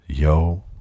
Yo